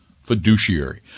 fiduciary